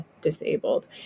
disabled